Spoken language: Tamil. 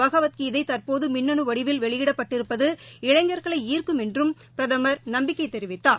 பகவத் கீதைதற்போதுமிண்ணுவடிவில் வெளியிடப்பட்டிருப்பது இளைஞர்களைார்க்கும் என்றும் பிரதமர் நம்பிக்கைதெரிவித்தார்